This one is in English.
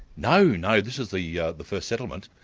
no, no, this is the yeah the first settlement.